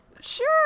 Sure